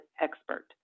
expert